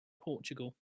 portugal